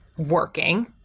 working